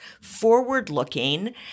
forward-looking